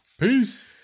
Peace